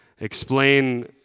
explain